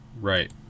Right